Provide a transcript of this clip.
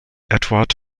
edward